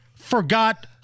forgot